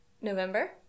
November